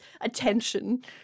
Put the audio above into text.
attention